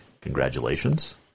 Congratulations